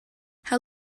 how